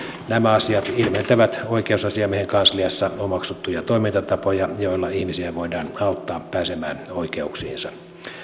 nämä asiat ilmentävät oikeusasiamiehen kansliassa omaksuttuja toimintatapoja joilla ihmisiä voidaan auttaa pääsemään oikeuksiinsa